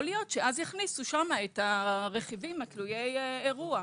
יכול להיות שאז יכניסו את הרכיבים תלויי אירוע.